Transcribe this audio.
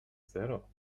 zero